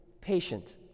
patient